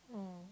mm